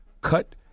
Cut